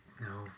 No